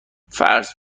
فرض